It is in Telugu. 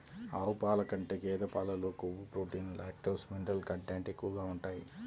ఆవు పాల కంటే గేదె పాలలో కొవ్వు, ప్రోటీన్, లాక్టోస్, మినరల్ కంటెంట్ ఎక్కువగా ఉంటాయి